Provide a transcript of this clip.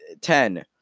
ten